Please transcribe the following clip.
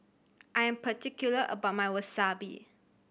I am particular about my Wasabi